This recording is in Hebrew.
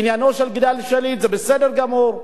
עניינו של גלעד שליט זה בסדר גמור.